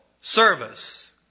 service